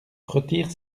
retire